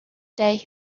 day